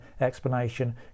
explanation